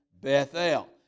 Bethel